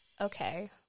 Okay